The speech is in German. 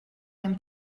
dem